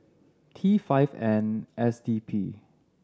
T five N S D P